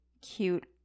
cute